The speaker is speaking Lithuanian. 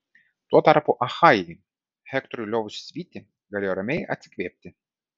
tuo tarpu achajai hektorui liovusis vyti galėjo ramiai atsikvėpti